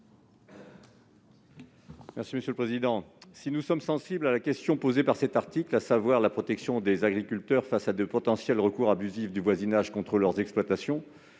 M. Daniel Salmon. Si nous sommes sensibles à la question soulevée par cet article- la protection des agriculteurs face à de potentiels recours abusifs du voisinage contre leur exploitation